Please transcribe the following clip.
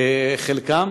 חלקם,